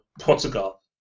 Portugal